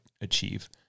achieve